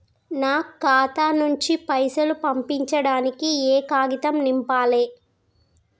నా ఖాతా నుంచి పైసలు పంపించడానికి ఏ కాగితం నింపాలే?